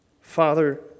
Father